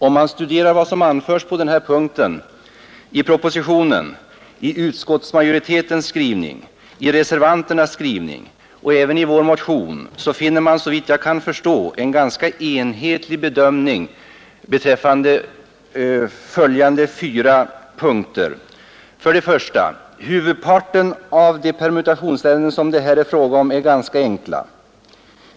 Om man studerar vad som anföres på den här punkten i propositionen, i utskottsmajoritetens skrivning, i reservanternas skrivning och även i vår motion, så finner man såvitt jag kan förstå en ganska enhetlig bedömning beträffande följande fyra punkter: 1. Huvudparten av de permutationsärenden det här är fråga om är ganska enkla.